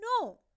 no